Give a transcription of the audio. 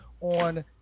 on